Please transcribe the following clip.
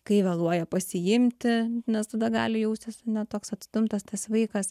kai vėluoja pasiimti nes tada gali jaustis ne toks atstumtas tas vaikas